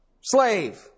Slave